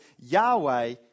Yahweh